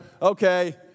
Okay